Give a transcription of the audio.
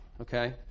Okay